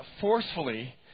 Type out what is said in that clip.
forcefully